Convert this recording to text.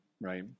right